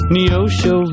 Neosho